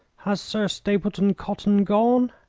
has sir stapleton cotton gone?